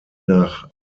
nach